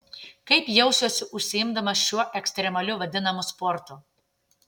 kaip jausiuosi užsiimdamas šiuo ekstremaliu vadinamu sportu